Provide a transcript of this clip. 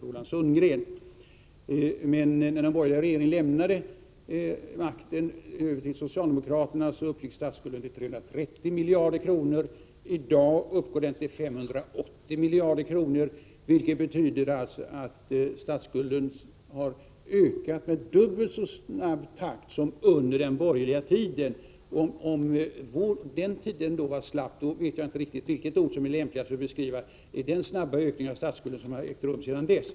Men när den borgerliga regeringen lämnade över makten till socialdemokraterna uppgick statsskulden till 330 miljarder kronor. I dag uppgår den till 580 miljarder kronor. Det betyder att skulden har ökat i dubbelt så snabb takt under socialdemokraternas regeringstid som under den borgerliga tiden. Om politiken på den tiden var slapp, vet jag inte vilket ord som är lämpligast för att beskriva den snabba ökning av statsskulden som ägt rum sedan dess!